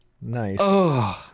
Nice